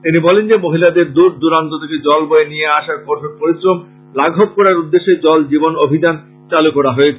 তিনি বলেন যে মহিলাদের দূর দূরান্ত থেকে জল বয়ে নিয়ে আসার কঠোর পরিশ্রম লাঘব করার উদ্দেশ্যে জল জীবন অভিযান চালু করা হয়েছে